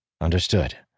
Understood